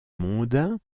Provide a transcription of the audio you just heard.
mondains